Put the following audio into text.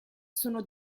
sono